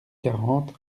quarante